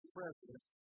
president